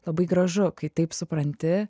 labai gražu kai taip supranti